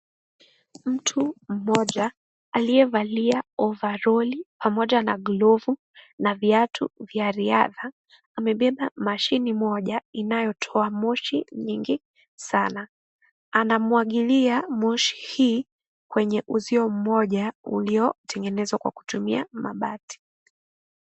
Mtu, mmoja, aliyevalia, ovalori pamoja na glove na viatu vya riadha. Amebeba mashine moja, inayotoa moshi nyingi sana. Anamwagilia moshi hii kwenye uzio mmoja uliotengenezwa kwa kutumia mabati.